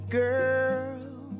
girl